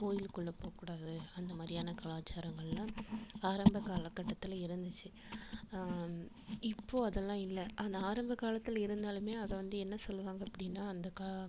கோயிலுக்குள்ளே போகக்கூடாது அந்த மாதிரியான கலாச்சாரங்களெலாம் ஆரம்பக் கால கட்டத்தில் இருந்துச்சு இப்போது அதெல்லாம் இல்லை அந்த ஆரம்பக் காலத்தில் இருந்தாலுமே அதை வந்து என்ன சொல்லுவாங்க அப்படின்னா அந்த கா